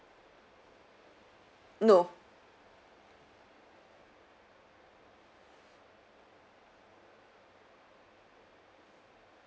no